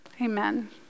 amen